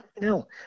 no